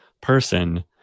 person